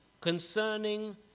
Concerning